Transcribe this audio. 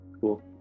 cool